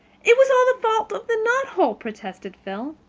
it was all the fault of the knothole, protested phil.